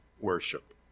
worship